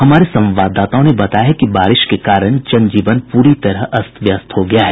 हमारे संवाददाताओं ने बताया है कि बारिश के कारण जन जीवन प्ररी तरह अस्त व्यस्त हो गया है